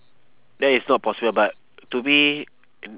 that is not possible but to me